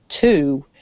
two